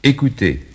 Écoutez